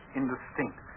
indistinct